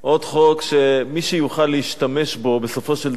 שמי שיוכל להשתמש בו בסופו של דבר